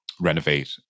renovate